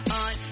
on